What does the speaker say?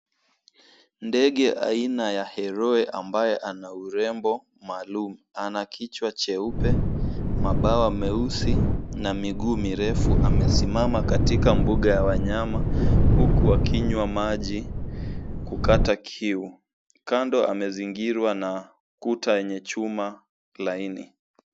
Ndege Sina ya heroe ambaye ana urembo maalum ana kichwa cheupe, mabawa meusi na miguu mirefu amesimama katika mbuga ya wanyama huku akinywa maji kukata kiu. Kando amezingirwa na kuta wenye chuma laini.